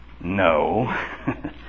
No